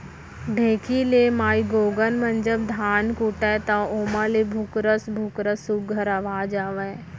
ढेंकी ले माईगोगन मन जब धान कूटय त ओमा ले भुकरस भुकरस सुग्घर अवाज आवय